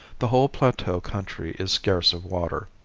the whole plateau country is scarce of water.